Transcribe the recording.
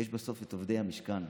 ויש בסוף את עובדי המשכן,